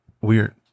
weird